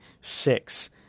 six